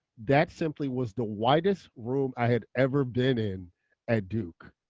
that simply was the whitest room i had ever been in at duke.